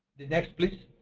the next please.